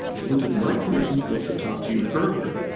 as this is my permission slip to talk to you further,